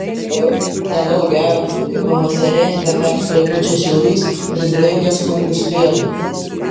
oi nelauk gera kai pavasarėjant be perstojo pučia šiaurys ir drengia sunkūs lietūs